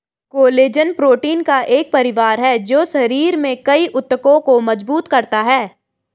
collagen protein का एक परिवार है जो शरीर में कई ऊतकों को मजबूत करता है